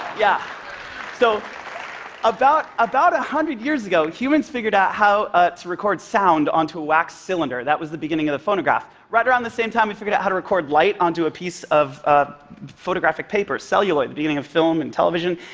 yeah so about one ah hundred years ago, humans figured out how ah to record sound onto a wax cylinder. that was the beginning of the phonograph. right around the same time, we figured out how to record light onto a piece of photographic paper, celluloid the beginning of film and television.